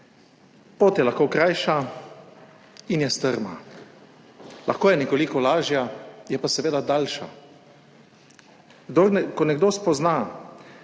Pot je lahko krajša in je strma, lahko je nekoliko lažja, je pa seveda daljša. Ko nekdo spozna,